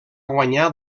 guanyar